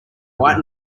white